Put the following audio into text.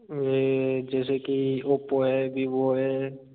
ये जैसे कि ओप्पो है वीवो है